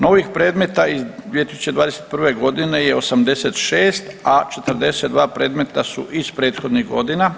Novih predmeta iz 2021. godine je 86, a 42 predmeta su iz prethodnih godina.